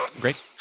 great